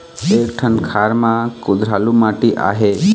एक ठन खार म कुधरालू माटी आहे?